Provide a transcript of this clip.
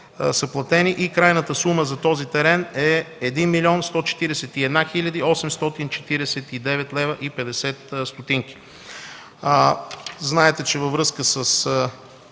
и крайната сума за този терен е 1 млн. 141 хил. 849 лв. и 50 ст. Знаете, че във връзка с